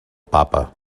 papa